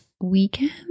weekend